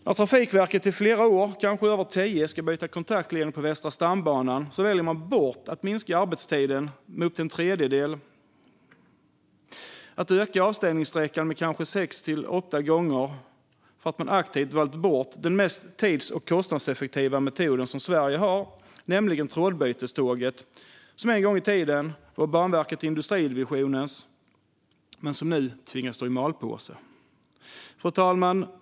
När Trafikverket i flera år - kanske över tio - ska byta kontaktledning på Västra stambanan väljer man bort en minskning av arbetstiden med upp till en tredjedel och ökar i stället avstängningssträckan med sex till åtta gånger för att man aktivt valt bort den mest tids och kostnadseffektiva metod som Sverige har, nämligen trådbyteståget. Det tillhörde en gång i tiden Banverkets industridivision men tvingas nu stå i malpåse.